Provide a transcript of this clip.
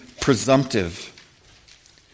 presumptive